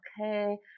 okay